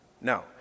No